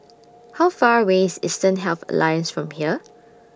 How Far away IS Eastern Health Alliance from here